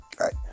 Right